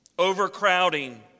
overcrowding